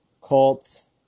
Colts